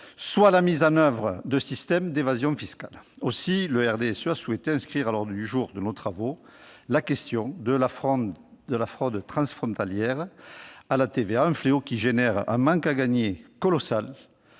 soit la mise en oeuvre de systèmes d'évasion fiscale. Aussi, le RDSE a souhaité inscrire à l'ordre du jour de nos travaux la question de la fraude transfrontalière à la TVA, un fléau qui crée un manque à gagner colossal